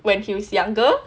when he was younger